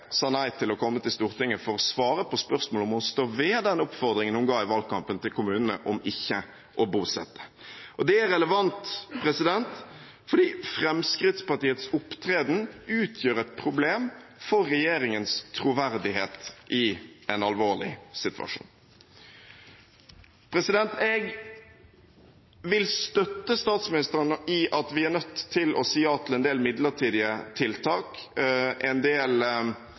sa nei til å komme til Stortinget for å svare på spørsmål om hvorvidt hun står ved den oppfordringen hun i valgkampen kom med til kommunene, om ikke å bosette. Dette er relevant, fordi Fremskrittspartiets opptreden utgjør et problem for regjeringens troverdighet i en alvorlig situasjon. Jeg vil støtte statsministeren i at vi er nødt til å si ja til en del midlertidige tiltak, en del